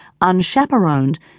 unchaperoned